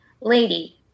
lady